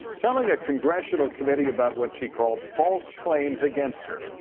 telling a congressional committee about what she called false claims against her.